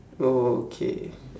oh K